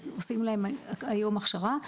אז עושים להם היום הכשרה,